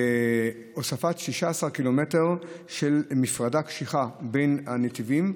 והוספת 16 קילומטר של מפרדה קשיחה בין הנתיבים,